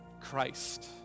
Christ